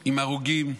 עם הרוגים,